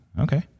Okay